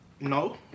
No